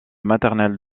maternel